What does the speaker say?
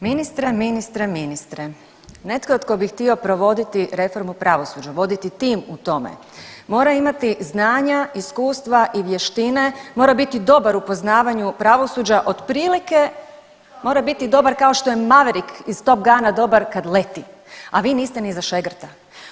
Ministre, ministre, ministre, netko tko bi htio provoditi reformu pravosuđa, voditi tim u tome, mora imati znanja, iskustva i vještine, mora biti dobar u poznavanju pravosuđa, otprilike mora biti dobar kao što je Maverick iz Top Guna dobar kad leti, a vi niste ni za šegrta.